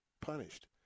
Punished